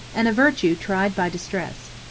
and a virtue tried by distress.